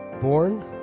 born